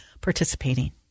participating